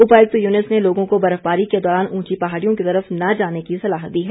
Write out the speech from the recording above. उपायुक्त युनूस ने लोगों को बर्फबारी के दौरान उंची पहाड़ियों की तरफ न जाने की सलाह दी है